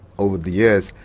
over the years,